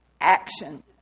action